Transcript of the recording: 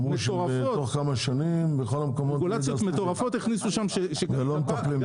אמרו שתוך כמה שנים בכל המקומות יהיה גז טבעי ולא מטפלים בזה.